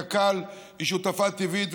קק"ל היא שותפה טבעית,